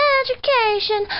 education